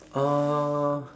uh